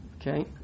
okay